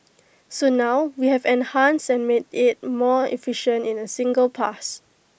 so now we have enhanced and made IT more efficient in A single pass